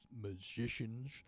magicians